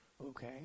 okay